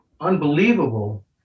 unbelievable